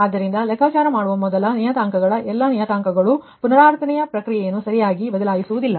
ಆದ್ದರಿಂದ ಲೆಕ್ಕಾಚಾರ ಮಾಡುವ ಮೊದಲ ನಿಯತಾಂಕದ ಎಲ್ಲಾ ನಿಯತಾಂಕಗಳು ಪುನರಾವರ್ತನೆಯ ಪ್ರಕ್ರಿಯೆಯನ್ನು ಸರಿಯಾಗಿ ಬದಲಾಯಿಸುವುದಿಲ್ಲ